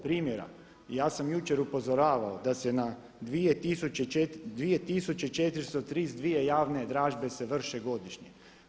Primjera, i ja sam jučer upozoravao da se na 2432 javne dražbe se vrše godišnje.